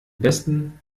besten